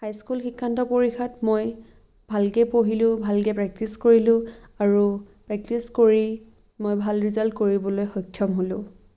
high school শিক্ষান্ত পৰীক্ষাত মই ভালকে পঢ়িলোঁ ভালকে প্ৰেক্টিছ কৰিলোঁ আৰু প্ৰেক্টিছ কৰি মই ভাল ৰিজাল্ট কৰিবলৈ সক্ষম হ'লো